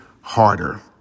Harder